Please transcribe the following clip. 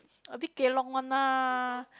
a bit kelong one lah